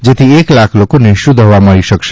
જેથી એક લાખ લોકોને શુદ્ધ હવા મળી શકશે